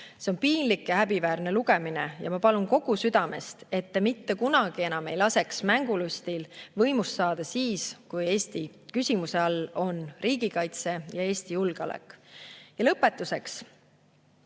See on piinlik ja häbiväärne lugemine ja ma palun kogu südamest, et te mitte kunagi enam ei laseks mängulustil võimust saada siis, kui küsimuse all on riigikaitse ja Eesti julgeolek. Ja lõpetuseks.